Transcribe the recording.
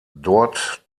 dort